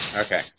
Okay